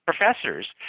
professors